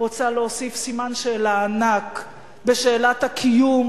רוצה להוסיף סימן שאלה ענק על שאלת הקיום